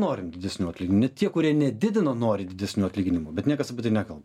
norim didesnių atlyginimų net tie kurie nedidino nori didesnių atlyginimų bet niekas nekalba